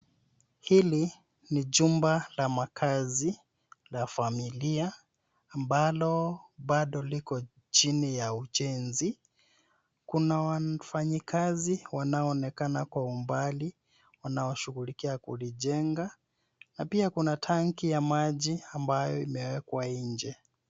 Hili ni jumba la makazi la familia ambalo bado liko chini ya ujenzi. Kuna wafanyikazi wanaonekana kwa umbali wanaoshughulikia kulijenga na pia kuna tangi ya maji ambayo imeekwa nje.